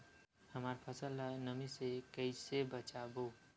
हमर फसल ल नमी से क ई से बचाबो?